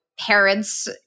Parents